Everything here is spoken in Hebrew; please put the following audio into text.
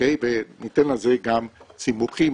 וניתן לזה גם סימוכין,